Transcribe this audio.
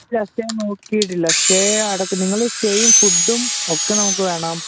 ഇല്ല സ്റ്റേ നോക്കിയിട്ടില്ല സ്റ്റേ അടക്കം നിങ്ങളുടെ സ്റ്റേയും ഫുഡുമൊക്കെ നമുക്ക് വേണം